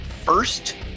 first